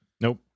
Nope